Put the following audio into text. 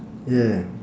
yeah